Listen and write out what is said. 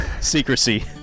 Secrecy